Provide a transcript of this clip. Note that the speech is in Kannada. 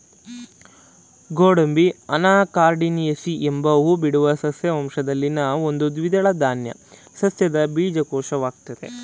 ಗೋಡಂಬಿ ಅನಾಕಾರ್ಡಿಯೇಸಿ ಎಂಬ ಹೂಬಿಡುವ ಸಸ್ಯ ವಂಶದಲ್ಲಿನ ಒಂದು ದ್ವಿದಳ ಧಾನ್ಯ ಸಸ್ಯದ ಬೀಜಕೋಶವಾಗಯ್ತೆ